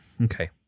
okay